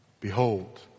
Behold